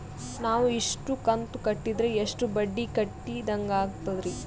ನಾವು ಇಷ್ಟು ಕಂತು ಕಟ್ಟೀದ್ರ ಎಷ್ಟು ಬಡ್ಡೀ ಕಟ್ಟಿದಂಗಾಗ್ತದ್ರೀ?